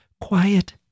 quiet